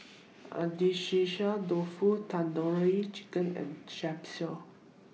Agedashi Dofu Tandoori Chicken and Japchae